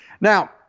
Now